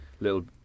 little